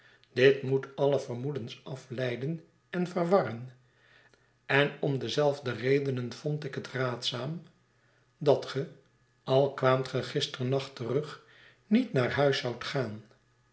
dit moet alle vermoedens afleiden en verwarren en om dezelfde reden vond ik het raadzaam dat ge al kwaamt ge gisternacht terug niet naar huis zoudt gaan